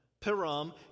Piram